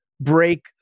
break